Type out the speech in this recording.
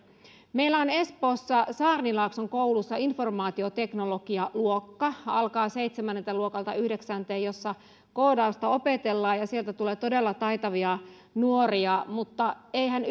meillä on espoossa saarnilaakson koulussa informaatioteknologialuokka seitsemänneltä luokalta yhdeksännelle jossa koodausta opetellaan ja sieltä tulee todella taitavia nuoria mutta eihän